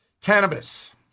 cannabis